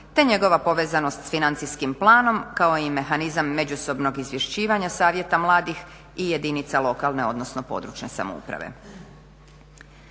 te njegova povezanost s financijskim planom kao i mehanizam međusobnog izvješćivanja savjeta mladih i jedinica lokalne i područne samouprave.